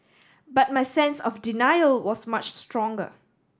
but my sense of denial was much stronger